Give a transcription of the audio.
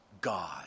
God